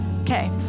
Okay